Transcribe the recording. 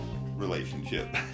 relationship